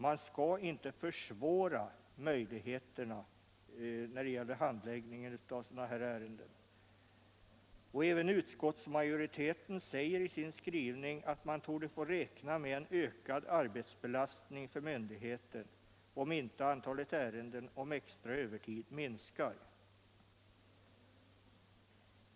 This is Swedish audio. Man skall inte försvåra handläggningen av sådana här ärenden. Även utskottsmajoriteten säger i sin skrivning att man torde få räkna med en ökad arbetsbelastning för myndigheten, om inte antalet ärenden om extra övertid minskar.